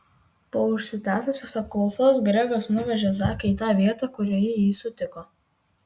po užsitęsusios apklausos gregas nuvežė zaką į tą vietą kurioje jį sutiko